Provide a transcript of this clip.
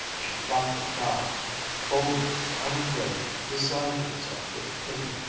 she forgot the crowd boldly, unafraid, beside herself with pity,